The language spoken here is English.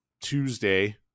Tuesday